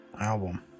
album